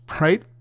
right